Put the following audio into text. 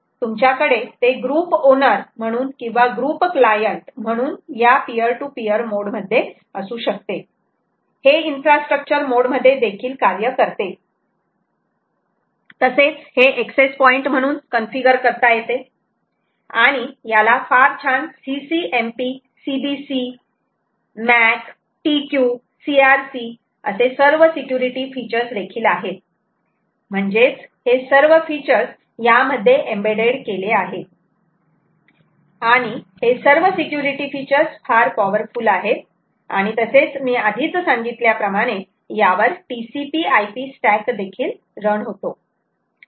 तुमच्याकडे ते group owner म्हणून किंवा ग्रुप क्लायंट म्हणून या पीयर टू पीयर मोड मध्ये असू शकते हे इन्फ्रास्ट्रक्चर मोड मध्ये देखील कार्य करते तसेच हे एक्सेस पॉईंट म्हणून कन्फिगर करता येते आणि याला फार छान CCMP CBC MAC TQ CRC असे सर्व सिक्युरिटी फीचर्स देखील आहेत म्हणजेच हे सर्व फीचर्स या मध्ये एम्बेडेड केले आहेत आणि हे सर्व सिक्युरिटी फीचर्स security features फार पॉवर्फुल आहेत आणि तसेच मी आधीच सांगितल्याप्रमाणे यावर TCP IP स्टॅक देखील रन होतो